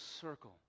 circle